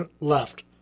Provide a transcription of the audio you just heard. left